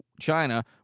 China